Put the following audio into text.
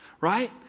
right